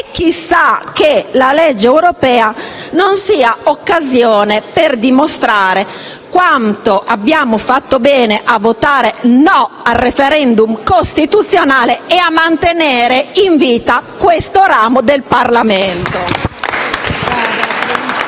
E chissà che la legge europea non sia occasione per dimostrare quanto abbiamo fatto bene a votare no al *referendum* costituzionale e a mantenere in vita questo ramo del Parlamento.